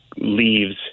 leaves